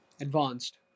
advanced